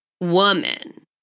woman